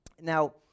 Now